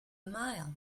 mile